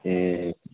ए